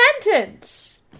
sentence